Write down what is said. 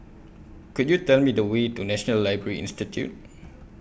Could YOU Tell Me The Way to National Library Institute